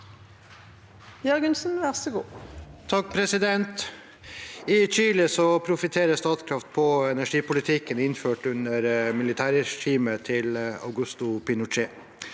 «I Chile profiterer Statkraft på energipolitikken innført under militærregimet til Augusto Pinochet.